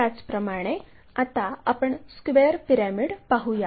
त्याचप्रमाणे आता आपण स्क्वेअर पिरॅमिड पाहूया